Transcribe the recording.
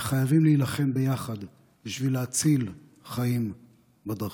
וחייבים להילחם ביחד בשביל להציל חיים בדרכים.